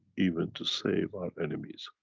even to save our enemies.